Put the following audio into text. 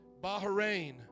Bahrain